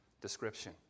description